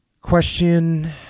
question